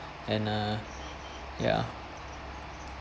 and uh ya